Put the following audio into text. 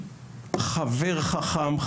חבר חכם,